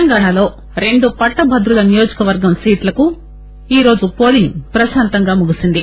తెలంగాణలో రెండు పట్టభద్రుల నియోజకవర్గం సీట్లకు ఈరోజు పోలింగ్ ప్రశాంతంగా ముగిసింది